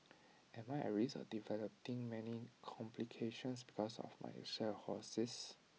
am I at risk of developing many complications because of my cirrhosis